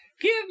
give